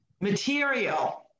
material